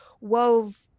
wove